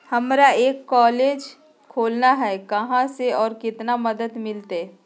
हमरा एक कॉलेज खोलना है, कहा से और कितना मदद मिलतैय?